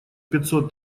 пятьсот